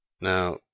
Now